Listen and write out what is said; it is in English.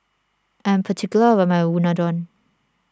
I am particular about my Unadon